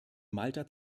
malta